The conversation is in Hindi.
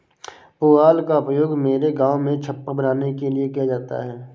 पुआल का उपयोग मेरे गांव में छप्पर बनाने के लिए किया जाता है